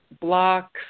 blocks